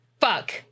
fuck